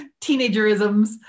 teenagerisms